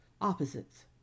Opposites